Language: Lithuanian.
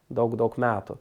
daug daug metų